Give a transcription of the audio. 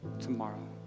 tomorrow